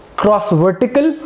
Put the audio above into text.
cross-vertical